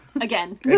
again